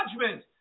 judgment